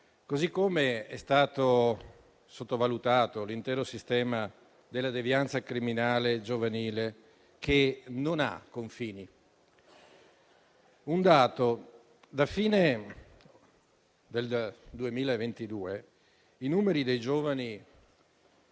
così come è stato sottovalutato l'intero sistema della devianza criminale giovanile, che non ha confini. Mi soffermo su un dato: dalla fine del 2022 i numeri dei giovani